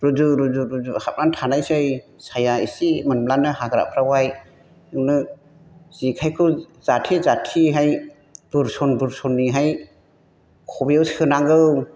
रुजु रुजु रुजु हाबनानै थानायसै साया इसे मोनब्लानो हाग्राफ्रावहाय बेवनो जेखाइखौ जाथे जाथेहाय बुरसन बुरसनैहाय खबाइयाव सोनांगौ